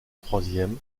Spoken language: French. troisième